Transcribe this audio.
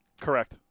Correct